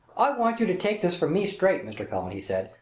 i want you to take this from me straight, mr. cullen, he said.